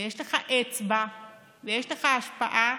ויש לך אצבע ויש לך השפעה,